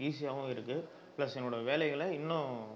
ஈஸியாகவும் இருக்குது ப்ளஸ் என்னோடய வேலைகளை இன்னும்